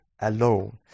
alone